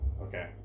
Okay